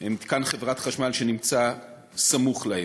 מתקן חברת חשמל שנמצא סמוך להן.